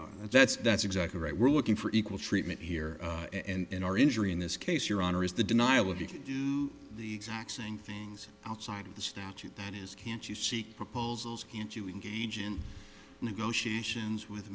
and that's that's exactly right we're looking for equal treatment here and our injury in this case your honor is the denial of if you do the exact same things outside of the statute that is can't you seek proposals can't you engage in negotiations with